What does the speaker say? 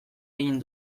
egin